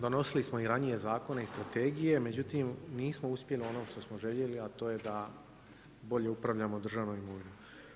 Donosili smo i ranije Zakone i strategije, međutim nismo uspjeli ono što smo željeli, a to je da bolje upravljamo državnom imovinom.